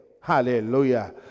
Hallelujah